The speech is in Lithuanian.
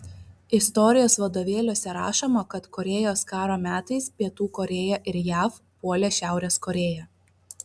istorijos vadovėliuose rašoma kad korėjos karo metais pietų korėja ir jav puolė šiaurės korėją